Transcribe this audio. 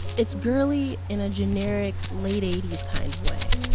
it's girly in a generic late eighty s kind of way,